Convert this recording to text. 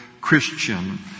Christian